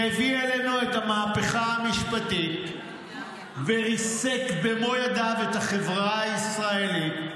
שהביא עלינו את המהפכה המשפטית וריסק במו ידיו את החברה הישראלית,